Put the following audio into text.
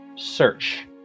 search